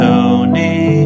Tony